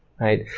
right